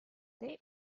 they